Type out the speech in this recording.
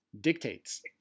dictates